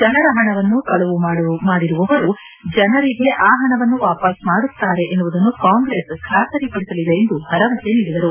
ಜನರ ಹಣವನ್ನು ಕಳವು ಮಾದಿರುವವರು ಜನರಿಗೆ ಆ ಹಣವನ್ನು ವಾಪಸ್ ಮಾಡುತ್ತಾರೆ ಎನ್ನುವುದನ್ನು ಕಾಂಗ್ರೆಸ್ ಖಾತರಿಪದಿಸಲಿದೆ ಎಂದು ಭರವಸೆ ನೀಡಿದರು